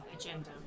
agenda